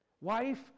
Wife